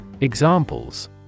Examples